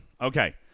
Okay